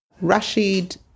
Rashid